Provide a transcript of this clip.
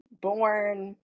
born